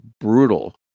brutal